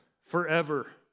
forever